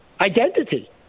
identity